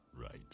Right